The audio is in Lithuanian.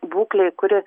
būklei kuri